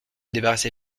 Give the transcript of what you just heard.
débarrasser